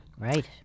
Right